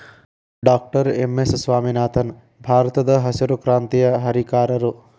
doctor M S Swaminathan ಭಾರತದಹಸಿರು ಕ್ರಾಂತಿಯ ಹರಿಕಾರರು